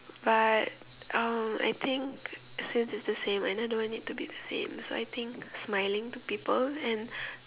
but uh I think since it's the same and I don't want it to be the same so I think smiling to people and